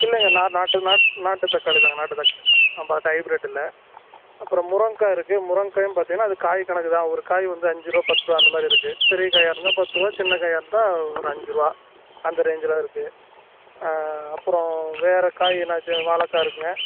இல்லைங்க நா நாட்டு நாட் நாட்டு தக்காளி தாங்க நாட்டு தக்காளி தான் நம்மக்கிட்ட ஹைப்ரேட் இல்லை அப்புறம் முருங்கக்காய் இருக்குது முருங்கைக்காயும் பார்த்தீங்கன்னா அது காய் கணக்கு தான் ஒரு காய் வந்து அஞ்சுருபா பத்துருபா அந்த மாதிரி இருக்குது பெரிய காயாக இருந்தால் பத்துருபா சின்ன காயாக இருந்தால் ஒரு அஞ்சுருபா அந்த ரேஞ்ச்ல இருக்குது அப்புறம் வேறு காய் என்னாச்சும் வாழைக்கா இருக்குதுங்க